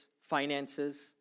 finances